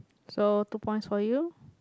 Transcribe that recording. so two points for you